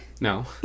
No